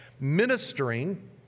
ministering